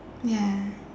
ya